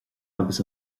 agus